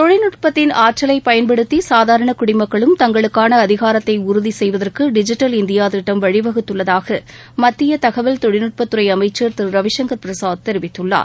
தொழில்நுட்பத்தின் ஆற்றலை பயன்படுத்தி சாதாரண குடிமக்களும் தங்களுக்கான அதிகாரத்தை உறுதி செய்வதற்கு டிஜிட்டல் இந்தியா திட்டம் வழிவகுத்துள்ளதாக மத்திய தகவல் தொழில்நட்பத்துறை அமைச்சர் திரு ரவிசங்கர் பிரசாத் தெரிவித்துள்ளார்